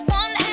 one